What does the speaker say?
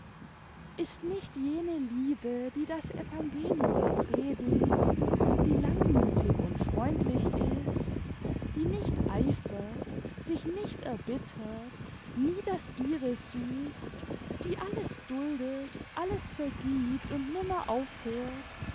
ist nicht jene liebe die das evangelium predigt die langmütig und freundlich ist die nicht eifert sich nicht erbittert nie das ihre sucht die alles duldet alles vergibt und nimmer aufhört